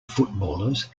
footballers